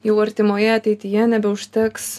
jau artimoje ateityje nebeužteks